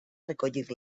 recollir